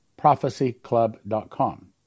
prophecyclub.com